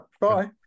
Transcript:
bye